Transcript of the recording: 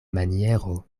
maniero